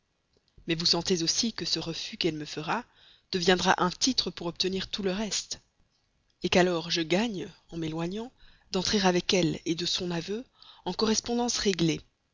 mais vous sentez aussi que ce refus qu'elle me fera deviendra un titre pour obtenir tout le reste qu'alors je gagne en m'éloignant d'entrer avec elle de son aveu en correspondance réglée